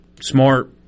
smart